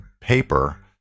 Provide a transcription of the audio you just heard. paper